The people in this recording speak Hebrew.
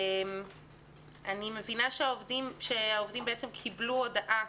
אני מבינה שהעובדים קיבלו הודעה